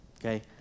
okay